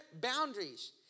boundaries